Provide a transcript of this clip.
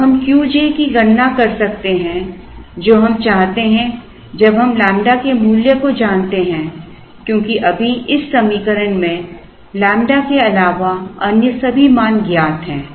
अब हम Q j की गणना कर सकते हैं जो हम चाहते हैं जब हम लैम्ब्डा के मूल्य को जानते हैं क्योंकि अभी इस समीकरण में लैम्बडा के अलावा अन्य सभी मान ज्ञात हैं